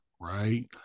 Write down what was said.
Right